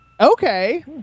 Okay